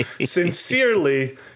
Sincerely